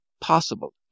possible